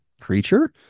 creature